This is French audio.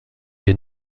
les